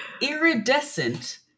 iridescent